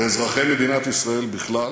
ואזרחי מדינת ישראל בכלל.